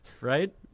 right